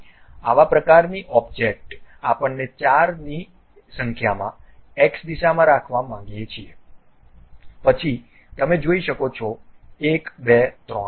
આવા પ્રકારની ઓબ્જેક્ટ આપણને ચારની સંખ્યામાં X દિશામાં રાખવા માંગીએ છીએ પછી તમે જોઈ શકો છો 1 2 3 4